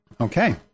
Okay